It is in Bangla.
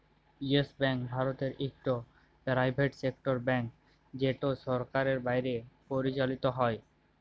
ইয়েস ব্যাংক ভারতের ইকট পেরাইভেট সেক্টর ব্যাংক যেট সরকারের বাইরে পরিচালিত হ্যয়